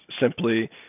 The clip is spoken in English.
simply